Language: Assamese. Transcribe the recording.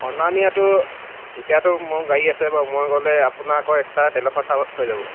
অনা নিয়াটো এতিয়াতো মোৰ গাড়ী আছে বাৰু মই গ'লে আপোনাৰ আকৌ এক্সট্ৰা তেলৰ খৰচ হৈ যাব